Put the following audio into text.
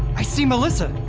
i see melissa!